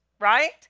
right